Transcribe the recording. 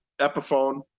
epiphone